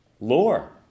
lore